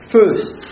First